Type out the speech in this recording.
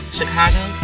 Chicago